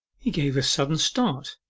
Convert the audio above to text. he gave a sudden start,